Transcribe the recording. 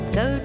go